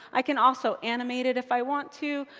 i can also animate it, if i want to.